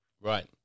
Right